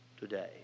today